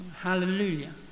Hallelujah